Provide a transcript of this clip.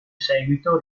seguito